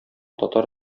татар